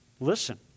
Listen